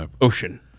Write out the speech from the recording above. Ocean